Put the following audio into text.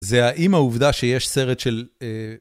זה האם העובדה שיש סרט של...